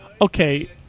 Okay